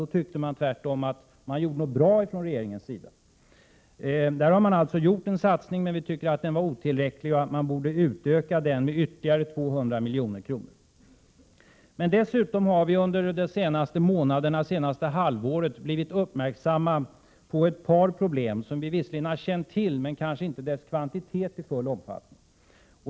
Då tyckte man från regeringens sida att man gjorde någonting bra. I det avseendet har man alltså gjort en satsning. Men vi tycker att den var otillräcklig och att man borde satsa ytterligare 200 milj.kr. Dessutom har vi under det senaste halvåret blivit uppmärksamma på ett par problem. Vi har visserligen känt till dem, men vi har kanske inte känt till deras kvantitet i full omfattning.